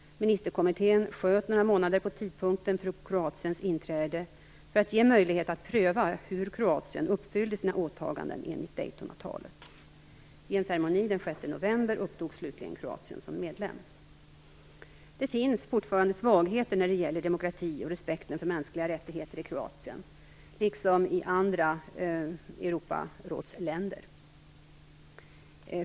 Ministerkommittén sköt några månader på tidpunkten för Kroatiens inträde för att ge möjlighet att pröva hur Kroatien uppfyllde sina åtaganden enligt Daytonavtalet. Vid en ceremoni den 6 november upptogs slutligen Kroatien som medlem Det finns fortfarande svagheter när det gäller demokrati och respekt för mänskliga rättigheter i Kroatien, liksom i andra Europarådsländer.